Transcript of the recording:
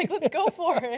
like let's go for